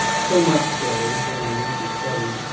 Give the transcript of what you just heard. so much so that in a recent study,